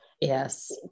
yes